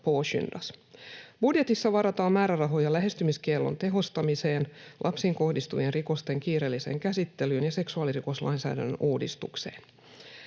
Budjetissa varataan määrärahoja lähestymiskiellon tehostamiseen, lapsiin kohdistuvien rikosten kiireelliseen käsittelyyn ja seksuaalirikoslainsäädännön uudistukseen.